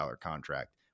contract